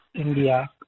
India